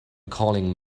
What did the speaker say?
calling